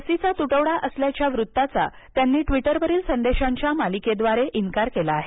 लसीचा तुटवडा असल्याच्या वृत्ताचा त्यांनी ट्वीटरवरील संदेशांच्या मालिकेद्वारे इन्कार केला आहे